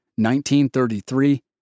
1933